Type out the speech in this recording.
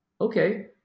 Okay